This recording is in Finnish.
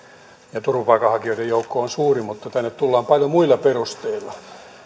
turvapaikanhakijoiden joukko on suuri mutta että tänne tullaan paljon muilla perusteilla